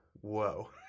Whoa